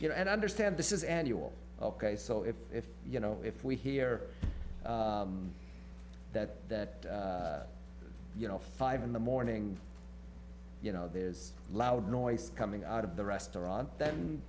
you know and i understand this is annual ok so if if you know if we hear that you know five in the morning you know there's loud noises coming out of the restaurant th